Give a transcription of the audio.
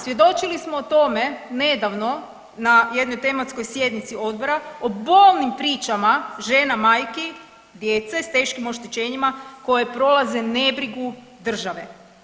Svjedočili smo o tome nedavno na jednoj tematskoj sjednici odbora o bolnim pričama žena majki djece s teškim oštećenjima koje prolaze nebrigu države.